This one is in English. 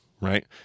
right